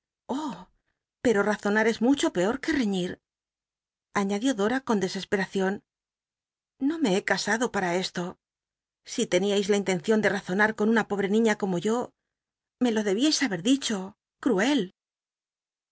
pei'o razonar es mucho peor que reñ ir añadió dora con desesperacion no me he casado pa l'a esto si teníais la inlencion de razonar con una pobre niña como yo me lo debíais haber dicho cn el